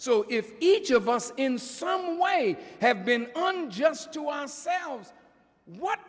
so if each of us in some way have been on just to ourselves what